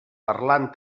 parlant